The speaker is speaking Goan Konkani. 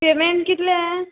पेमेंट कितले